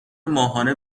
ماهانه